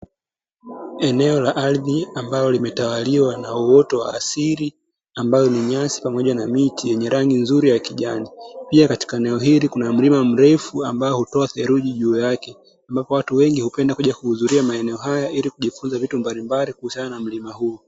Eneo la ardhi ambalo limetawaliwa na uoto wa asili ambao ni nyasi pamoja na miti yenye rangi nzuri ya kijani, pia katika eneo hili kuna mlima mrefu amnbao hutoa theluji juu yake, ambapo watu wengi hupenda kuhudhuria maeneo haya hili kujifunza vitu mbalimbali kuhusiana na mlima huo.